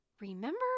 remember